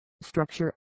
Structure